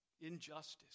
injustice